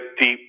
deep